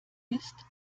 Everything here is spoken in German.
ist